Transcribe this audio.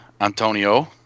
Antonio